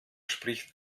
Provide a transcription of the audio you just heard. spricht